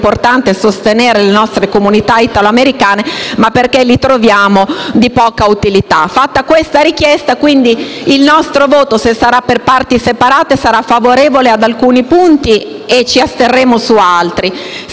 sostenere le nostre comunità italoamericane, ma perché li troviamo di poca utilità. Fatta questa richiesta, il nostro voto, se si procederà per parti separate, sarà favorevole su alcuni punti e di astensione su altri.